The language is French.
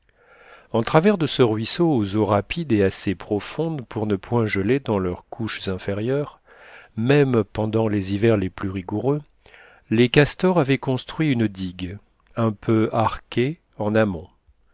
en travers de ce ruisseau aux eaux rapides et assez profondes pour ne point geler dans leurs couches inférieures même pendant les hivers les plus rigoureux les castors avaient construit une digue un peu arquée en amont